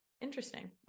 Interesting